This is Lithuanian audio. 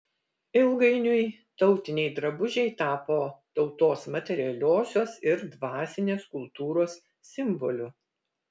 ilgainiui tautiniai drabužiai tapo tautos materialiosios ir dvasinės kultūros simboliu